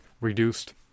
reduced